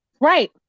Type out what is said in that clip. right